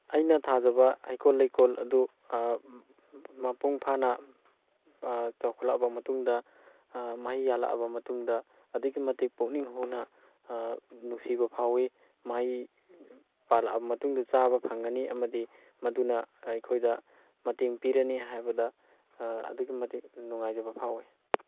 ꯑꯩꯅ ꯊꯥꯖꯕ ꯍꯩꯀꯣꯜ ꯂꯩꯀꯣꯜ ꯑꯗꯨ ꯃꯄꯨꯡ ꯐꯥꯅ ꯆꯥꯥꯎꯈꯠꯂꯛꯑꯕ ꯃꯇꯨꯡꯗ ꯃꯍꯩ ꯌꯥꯜꯂꯛꯑꯕ ꯃꯇꯨꯡꯗ ꯑꯗꯨꯛꯀꯤ ꯃꯇꯤꯛ ꯄꯨꯛꯅꯤꯡ ꯍꯨꯅ ꯅꯨꯡꯁꯤꯕ ꯐꯥꯎꯋꯤ ꯃꯍꯩ ꯄꯥꯜꯂꯛꯑꯕ ꯃꯇꯨꯡꯗ ꯆꯥꯕ ꯐꯪꯉꯅꯤ ꯑꯃꯗꯤ ꯃꯗꯨꯅ ꯑꯩꯈꯣꯏꯗ ꯃꯇꯦꯡ ꯄꯤꯔꯅꯤ ꯍꯥꯏꯕꯗ ꯑꯗꯨꯛꯀꯤ ꯃꯇꯤꯛ ꯅꯨꯡꯉꯥꯏꯖꯕ ꯐꯥꯎꯋꯤ